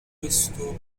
besto